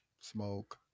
smoke